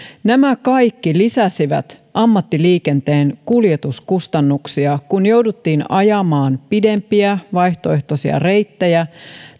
nämä kaikki lisäsivät ammattiliikenteen kuljetuskustannuksia kun jouduttiin ajamaan pidempiä vaihtoehtoisia reittejä